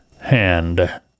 hand